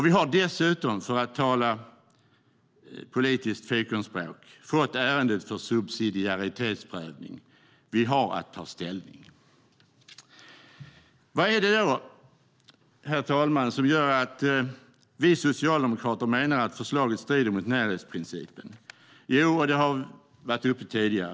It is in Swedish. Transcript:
Vi har dessutom, för att tala politiskt fikonspråk, fått ärendet för subsidiaritetsprövning. Vi har att ta ställning. Vad är det då, herr talman, som gör att vi socialdemokrater menar att förslaget strider mot närhetsprincipen? Det har varit uppe tidigare.